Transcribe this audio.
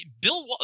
Bill